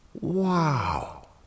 Wow